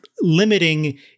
limiting